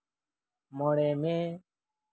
ᱢᱚᱬᱮ ᱢᱮ